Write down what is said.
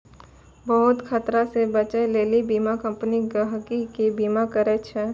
बहुते खतरा से बचै लेली बीमा कम्पनी गहकि के बीमा करै छै